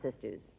sisters